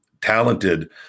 talented